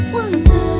Wonder